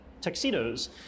tuxedos